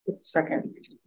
Second